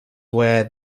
where